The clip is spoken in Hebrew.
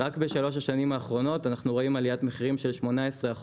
רק בשלוש השנים האחרונות אנחנו רואים עליית מחירים של 18%,